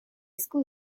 school